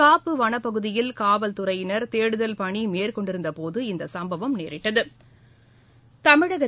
காப்பு வனப்பகுதியில் காவல்துறையினர் தேடுதல் பணிமேற்கொண்டிருந்தபோது இந்தசம்பவம் நேரிட்டகு